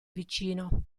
vicino